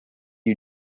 you